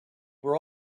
were